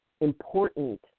important